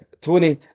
Tony